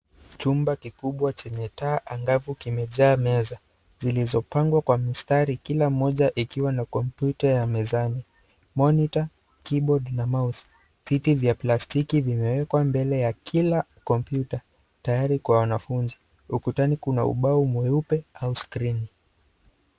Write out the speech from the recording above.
Chumba kikubwa chenye taa angavu kimejaa meza zilizo pangwakwa mistari kila moja ikiwa na kompyuta ya mezani monita keyboard na mouse . Viti vya plastiki vimewekwa mbele ya kila kompyuta tayari kwa wanafunzi . Ukutani kuna ubao mweupe au skrini.